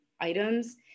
items